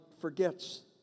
forgets